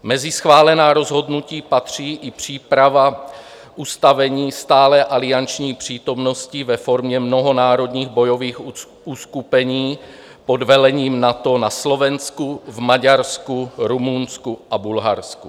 Mezi schválená rozhodnutí patří i příprava ustavení stálé alianční přítomnosti ve formě mnohonárodních bojových uskupení pod vedením NATO na Slovenku, v Maďarsku, Rumunsku a Bulharsku.